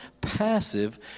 passive